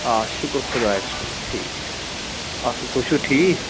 آ شُکُر خُدایس کُن ٹھیٖک آسا تُہۍ چھُو ٹھیٖک